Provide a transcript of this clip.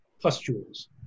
pustules